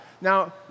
Now